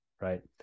right